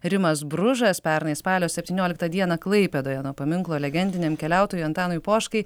rimas bružas pernai spalio septynioliktą dieną klaipėdoje nuo paminklo legendiniam keliautojui antanui poškai